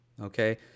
Okay